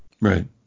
right